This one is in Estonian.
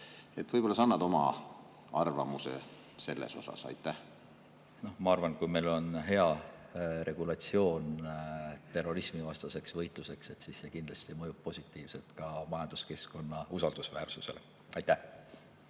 Võib-olla sa annad oma arvamuse selle kohta? Ma arvan, et kui meil on hea regulatsioon terrorismivastaseks võitluseks, siis see kindlasti mõjub positiivselt ka majanduskeskkonna usaldusväärsusele. Hea